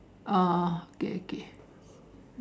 oh okay okay